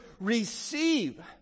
Receive